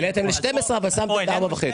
העליתם ל-12 מיליון אבל שמתם את ה-4.5 מיליון.